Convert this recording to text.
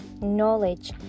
knowledge